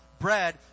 bread